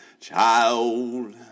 child